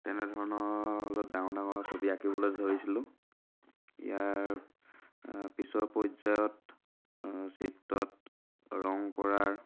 তেনেধৰণৰ অলপ ডাঙৰ ডাঙৰ ছবি আঁকিবলৈ ধৰিছিলোঁ ইয়াৰ পিছৰ পৰ্যায়ত চিত্ৰত ৰং কৰাৰ